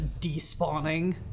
despawning